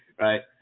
right